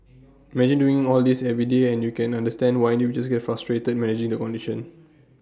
imagine doing all this every day and you can understand why individuals get frustrated managing the condition